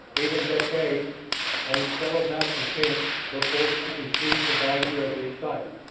even deklay and his fellow malcontents were forced to concede the value of the site.